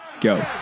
go